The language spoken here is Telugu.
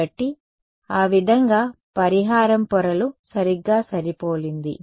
కాబట్టి ఆ విధంగా పరిహారం పొరలు సరిగ్గా సరిపోలింది